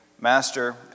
Master